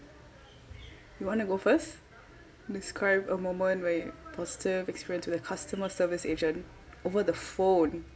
you want to go first describe a moment where positive experience with a customer service agent over the phone